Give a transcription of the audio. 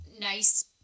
nice